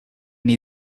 will